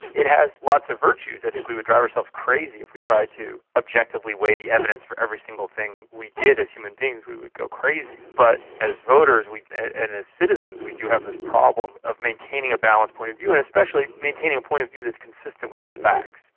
it has lots of virtues. i think we would drive ourselves crazy if we tried to objectively weigh the evidence for every single thing we did as human beings, we would go crazy. but as voters and as citizens we do have this problem of maintaining a balanced point of view, and especially maintaining a point of view that is consistent with the facts,